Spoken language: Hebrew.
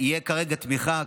תהיה כרגע תמיכה.